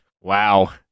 Wow